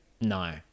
No